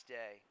day